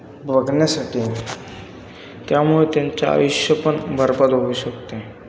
बघण्यासाठी त्यामुळे त्यांचे आयुष्य पण बरबाद होऊ शकते